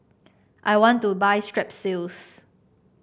I want to buy Strepsils